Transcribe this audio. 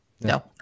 no